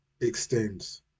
extends